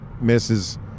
misses